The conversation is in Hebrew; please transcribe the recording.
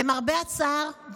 למרבה הצער,